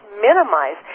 minimize